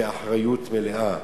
באחריות מלאה: